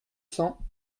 cents